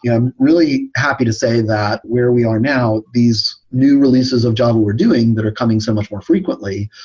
yeah i'm really happy to say that where we are now, these new releases of java we're doing that are coming somewhat more frequently,